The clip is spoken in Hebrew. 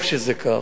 טוב שזה כך.